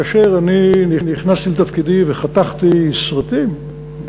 כאשר אני נכנסתי לתפקידי וחתכתי סרטים,